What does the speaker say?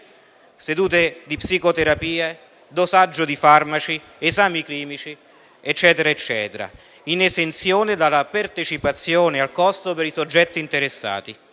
sedute psicoterapiche, dosaggi di farmaci, esami clinici, eccetera) in esenzione dalla partecipazione al costo per i soggetti interessati;